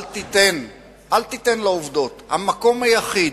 המקום היחיד,